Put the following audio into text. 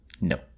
no